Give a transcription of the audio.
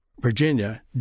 Virginia